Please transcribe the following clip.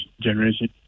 generation